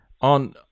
on